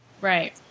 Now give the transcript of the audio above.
Right